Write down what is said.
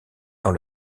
dans